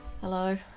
Hello